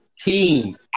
team